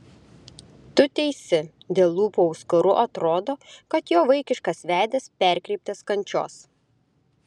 tu teisi dėl lūpų auskarų atrodo kad jo vaikiškas veidas perkreiptas kančios